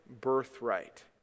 birthright